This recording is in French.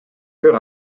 chœur